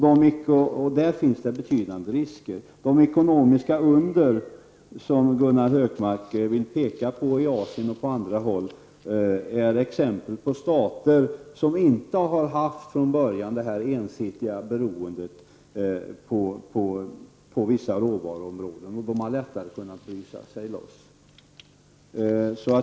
Det föreligger betydande risker. De ekonomiska under som Gunnar Hökmark vill peka på i Asien och på andra håll är exempel på stater som från början inte har haft ett ensidigt beroende av vissa råvaror. De har lättare kunnat bryta sig loss.